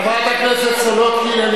חברת הכנסת סולודקין,